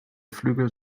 flügel